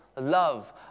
love